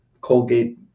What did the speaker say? colgate